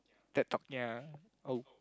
Ted-Talk ya oh